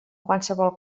qualsevol